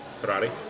Ferrari